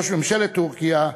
ראש ממשלת טורקיה,